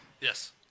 Yes